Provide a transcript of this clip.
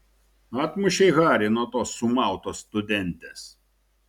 atmušei harį nuo tos sumautos studentės